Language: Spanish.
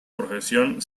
profesión